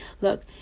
look